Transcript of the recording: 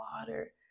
water